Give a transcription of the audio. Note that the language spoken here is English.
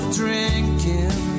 drinking